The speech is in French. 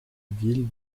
ville